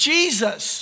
Jesus